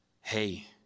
hey